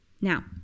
Now